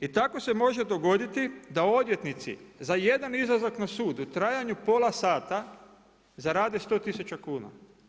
I tako se može dogoditi da odvjetnici za jedna izlazak na sud u trajanju pola sata zarade 100 000 kuna.